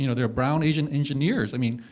you know there are brown asian engineers. i mean,